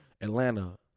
Atlanta